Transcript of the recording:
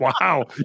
Wow